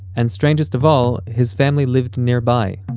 and strangest of all, his family lived nearby,